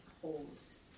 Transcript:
holds